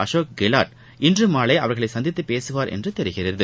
அசோக் கெலாட் இன்று மாலை அவா்களை சந்தித்து பேசுவார் என்று தெரிகிறது